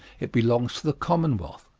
it belongs to the commonwealth.